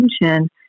attention